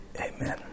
Amen